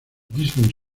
disney